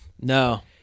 No